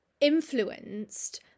influenced